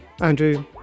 andrew